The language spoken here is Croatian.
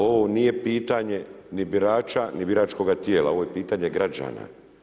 Ovo nije pitanja ni birača ni biračkoga tijela, ovo je pitanje građana.